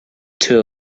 two